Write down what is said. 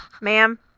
ma'am